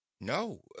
No